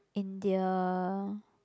India